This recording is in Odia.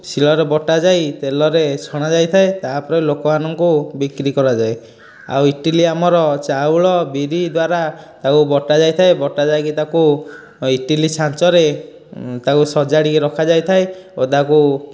ଶୀଳରେ ବଟାଯାଇ ତେଲରେ ଛଣା ଯାଇଥାଏ ତା'ପରେ ଲୋକମାନଙ୍କୁ ବିକ୍ରି କରାଯାଏ ଆଉ ଇଟିଲି ଆମର ଚାଉଳ ବିରି ଦ୍ୱାରା ତାକୁ ବଟାଯାଇଥାଏ ବଟାଯାଇକି ତାକୁ ଇଟିଲି ଛାଞ୍ଚରେ ତାକୁ ସଜାଡ଼ିକି ରଖାଯାଇଥାଏ ଓ ତାକୁ